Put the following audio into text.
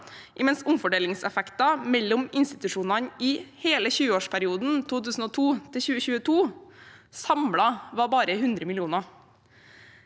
mens omfordelingseffekter mellom institusjonene i hele 20-årsperioden 2002–2022 var samlet bare 100 mill. kr.